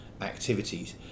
activities